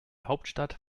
hauptstadt